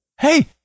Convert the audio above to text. hey